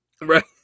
Right